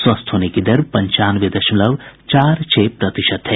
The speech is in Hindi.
स्वस्थ होने की दर पंचानवे दशमलव चार छह प्रतिशत है